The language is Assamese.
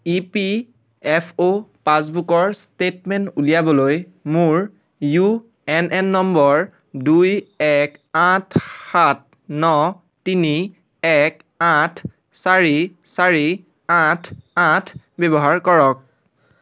ই পি এফ অ' পাছবুকৰ ষ্টেটমেণ্ট উলিয়াবলৈ মোৰ ইউ এন এন নম্বৰ দুই এক আঠ সাত ন তিনি এক আঠ চাৰি চাৰি আঠ আঠ ব্যৱহাৰ কৰক